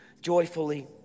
joyfully